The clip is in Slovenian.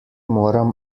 moram